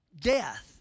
death